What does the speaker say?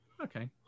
Okay